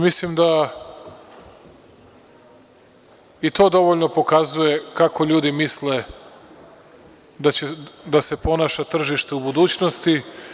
Mislim da i to dovoljno pokazuje kako ljudi misle da će da se ponaša tržište u budućnosti.